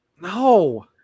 No